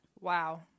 Wow